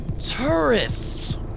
Tourists